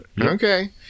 Okay